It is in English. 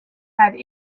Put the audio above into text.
had